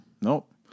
Nope